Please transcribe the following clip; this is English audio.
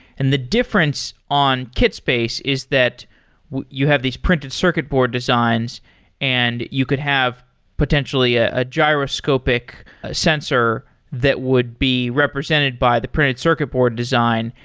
and the difference on kitspace is that you have these printed circuit board designs and you could have potentially a gyroscopic sensor that would be represented by the printed circuit board design,